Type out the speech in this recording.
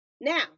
Now